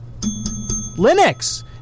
Linux